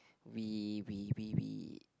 we we we we